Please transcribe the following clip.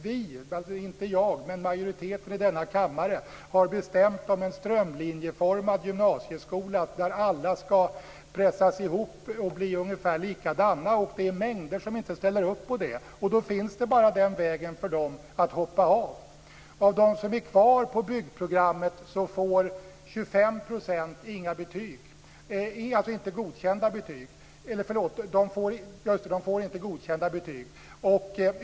Vi - inte jag, utan majoriteten i denna kammare - har bestämt om en strömlinjeformad gymnasieskola där alla ska pressas ihop och bli ungefär likadana. Det är många som inte ställer upp på det och då finns för dem bara vägen att hoppa av. inte godkända betyg.